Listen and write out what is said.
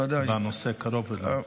הנושא קרוב אליו.